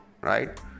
right